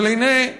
אבל הינה,